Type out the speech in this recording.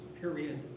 period